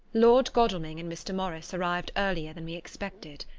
lord godalming and mr. morris arrived earlier than we expected.